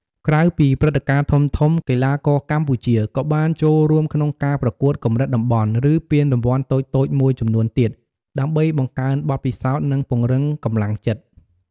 ក្រៅពីព្រឹត្តិការណ៍ធំៗ កីឡាករកម្ពុជាក៏បានចូលរួមក្នុងការប្រកួតកម្រិតតំបន់ ឬពានរង្វាន់តូចៗមួយចំនួនទៀត ដើម្បីបង្កើនបទពិសោធន៍ និងពង្រឹងកម្លាំងចិត្ត។